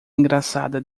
engraçada